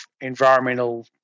environmental